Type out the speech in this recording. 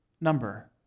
number